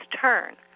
turn